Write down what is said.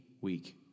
week